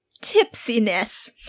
tipsiness